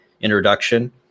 introduction